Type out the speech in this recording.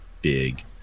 big